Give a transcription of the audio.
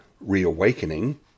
reawakening